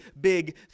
big